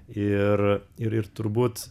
ir ir turbūt